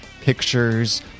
pictures